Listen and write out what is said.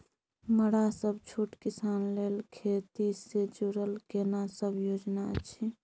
मरा सब छोट किसान लेल खेती से जुरल केना सब योजना अछि?